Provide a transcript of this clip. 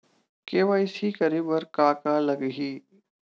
KYC करे बर का का लगही?